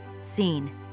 Seen